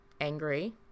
Angry